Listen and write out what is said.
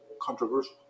controversial